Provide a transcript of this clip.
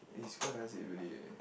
it's quite nice eh really eh